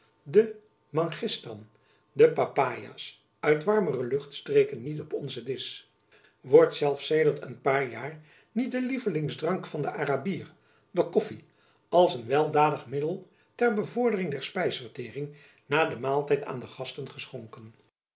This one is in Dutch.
mangistan en de papaias uit warmere luchtstreken niet op onzen disch wordt zelfs sedert een paar jaar niet de lievelingsdrank van den arabier de koffy als een weldadig middel ter bevordering der spijsvertering na den maaltijd aan de gasten geschonken